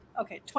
Okay